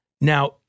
Now